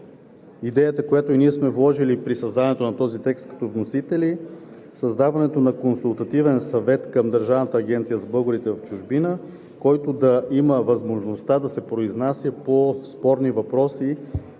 идеята, която и ние сме вложили при създаването на този текст като вносители, в създаването на Консултативен съвет към Държавната агенция за българите в чужбина – да има възможността да се произнася по спорни въпроси